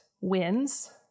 wins